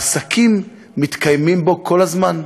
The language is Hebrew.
העסקים מתקיימים בו כל הזמן.